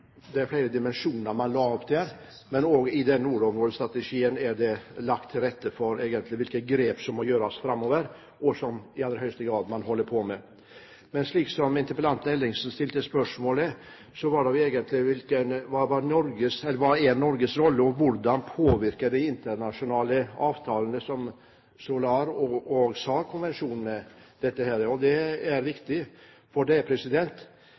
Det var flere dimensjoner man la fram der, men også i nordområdestrategien er det lagt til rette for hvilke grep som må gjøres framover, og som man i aller høyeste grad holder på med. Men slik som interpellanten Ellingsen stilte spørsmålet, så var det egentlig: Hva er Norges rolle, og hvordan påvirkes den av internasjonale avtaler som SOLAR- og SAR-konvensjonene? Det er viktig. Politikken ligger jo nettopp i at det er det internasjonale samarbeidet, og de internasjonale avtalene – i bred forstand – som